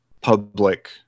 public